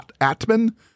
Atman